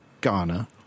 Ghana